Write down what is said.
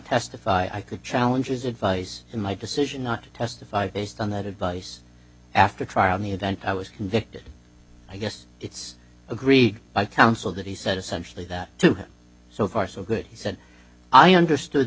testify i could challenge is advice in my decision not to testify based on that advice after trial in the event i was convicted i guess it's agreed by counsel that he said essentially that too so far so good he said i understood